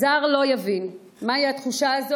זר לא יבין מהי התחושה הזאת